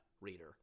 reader